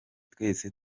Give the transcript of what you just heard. twese